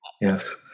Yes